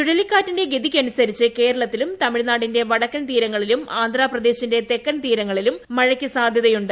ചുഴലിക്കാറ്റിന്റെ ഗതിക്കനുസരിച്ച് കേരളത്തിലും തമിഴ്നാടിന്റെ വടക്കൻ തീരങ്ങളിലും ആന്ധ്ര പ്രദേശിന്റെ തെക്കൻ തീരങ്ങളിലും മഴയ്ക്ക് സാധ്യതയുണ്ട്